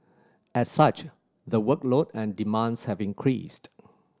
as such the workload and demands have increased